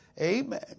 amen